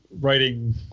writing